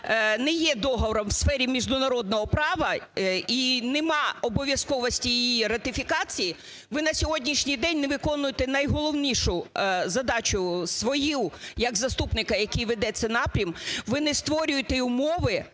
не є договором в сфері міжнародного права і нема обов'язковості її ратифікації, ви на сьогоднішній день не виконуєте найголовнішу задачу свою, як заступника, який веде цей напрям, ви не створюєте умови